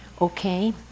Okay